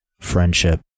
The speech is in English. Friendship